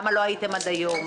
למה לא הייתם עד היום,